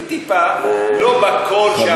טיפ-טיפה לא בקול שהמנהיג שלה רוצה,